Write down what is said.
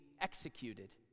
executed